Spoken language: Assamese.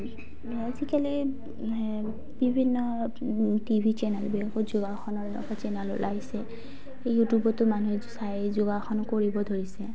আজিকালি বিভিন্ন টি ভি চেনেলবিলাকো যোগাসনৰৰ চেনেল ওলাইছে ইউটিউবতো মানুহে চাই যোগাসন কৰিব ধৰিছে